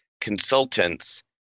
consultants